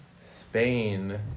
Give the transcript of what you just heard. Spain